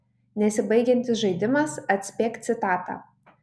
nesibaigiantis žaidimas atspėk citatą